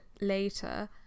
later